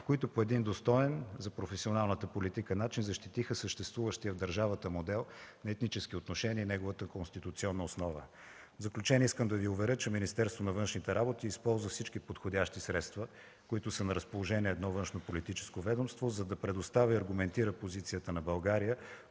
които по един достоен за професионалната политика начин защитиха съществуващия в държавата модел на етнически отношения и неговата конституционна основа. В заключение, искам да Ви уверя, че Министерството на външните работи използва всички подходящи средства, които са на разположение на едно външнополитическо ведомство, за да предоставя и аргументира позицията на България